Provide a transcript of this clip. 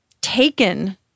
taken